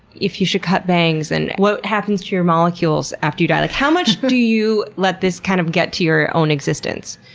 if you should cut bangs? and what happens to your molecules after you die? like how much do you let this, kind of, get to your own existence?